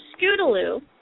Scootaloo